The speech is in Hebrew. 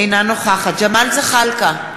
אינה נוכחת ג'מאל זחאלקה,